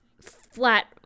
flat